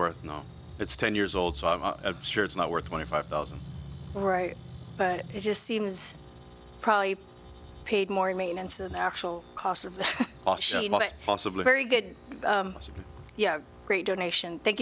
worth now it's ten years old so i'm sure it's not worth twenty five thousand right but it just seems probably paid more in maintenance than actual cost of possibly very good yeah great donation thank